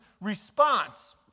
response